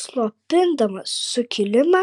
slopindamas sukilimą